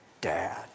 Dad